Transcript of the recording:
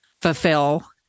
fulfill